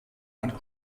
ein